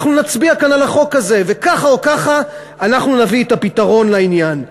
אנחנו נצביע כאן על החוק הזה וככה או ככה אנחנו נביא את הפתרון לעניין.